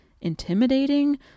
intimidating